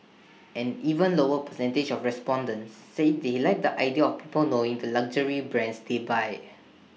an even lower percentage of respondents said they like the idea of people knowing the luxury brands they buy